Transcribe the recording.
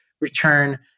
return